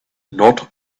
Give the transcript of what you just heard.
not